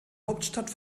hauptstadt